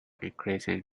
increasing